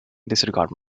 disregard